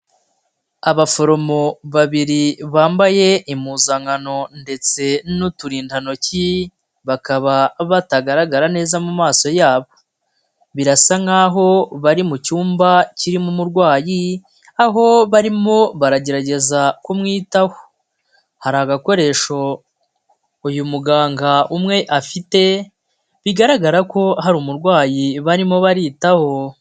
Abaforomo babiri bambaye impuzankano ndetse n'uturindantoki bakaba batagaragara neza mu maso yabo, birasa nkaho bari mu cyumba kirimo umurwayi aho barimo baragerageza kumwitaho, hari agakoresho uyu muganga umwe afite bigaragara ko hari umurwayi barimo baritaho.